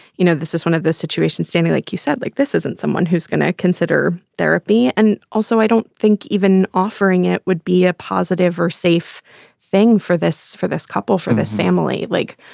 you know, this is one of the situations standing, like you said, like this isn't someone who's going to consider therapy. and also, i don't think even offering it would be a positive or safe thing for this for this couple, for this family. like,